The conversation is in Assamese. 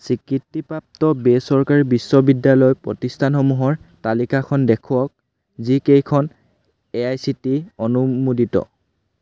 স্বীকৃতিপ্ৰাপ্ত বেচৰকাৰী বিশ্ববিদ্যালয় প্ৰতিষ্ঠানসমূহৰ তালিকাখন দেখুৱাওক যিকেইখন A I C T E অনুমোদিত